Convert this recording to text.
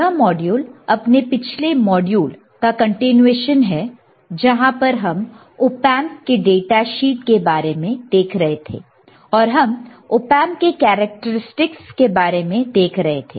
यह मॉड्यूल अपने पिछले मॉड्यूल का कंटिन्यूएशन है जहां पर हम ऑपएंप के डाटा शीट के बारे में देख रहे थे और हम ऑपएंप के कैरेक्टरस्टिक्स के बारे में देख रहे थे